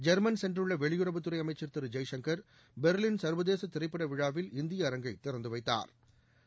German சென்றுள்ள வெளியுறவுத் துறை அமைச்சா் திரு ஜெய்சங்கா் பொ்லின் சா்வதேச திரைப்பட விழாவில் இந்திய அரங்கை திறந்து வைத்தாா்